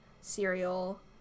cereal